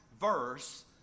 verse